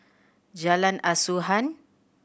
Jalan Asuhan